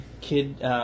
kid